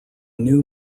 new